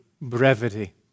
brevity